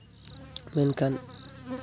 ᱢᱮᱱᱠᱷᱟᱱ